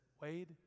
Wade